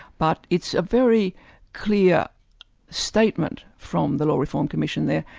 but it's a very clear statement from the law reform commission there,